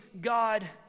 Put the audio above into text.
God